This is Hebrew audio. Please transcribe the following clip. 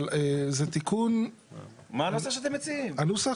למעשה היום נשמע הסתייגויות והנמקות,